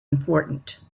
important